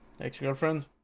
ex-girlfriend